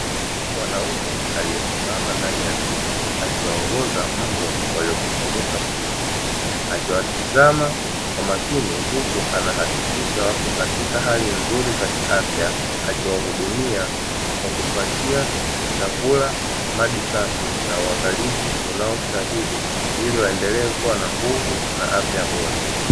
Mwanaume aliyesimama ndani ya zizi akiongoza mbwa waliokusanyika humo akiwatizama kwa makini huku anahakikisha wako katika hali nzuri za kiafya akiwahudumia kwa kupatia chakula maji safi na uangalizi unaostahili ili waendelee kuwa na nguvu na afya bora.